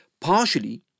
Partially